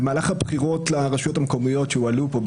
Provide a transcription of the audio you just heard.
במהלך הבחירות לרשויות המקומיות שהועלו פה,